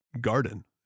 garden